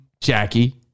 Jackie